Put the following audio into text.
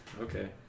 okay